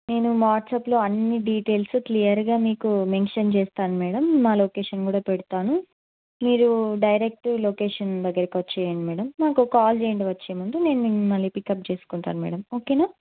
నేను వాట్సప్లో అన్ని డిటేల్స్ క్లియర్గా మీకు మెన్షన్ చేస్తాను మేడం మా లొకేషన్ కూడా పెడతాను మీరు డైరెక్ట్ లొకేషన్ దగ్గరికొచ్చేయండి మేడం మాకు ఒక కాల్ చేయండి వచ్చే ముందు నేను మిమ్ మిమ్మల్ని పికప్ చేసుకుంటాను మేడం ఓకేనా